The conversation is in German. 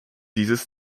dieses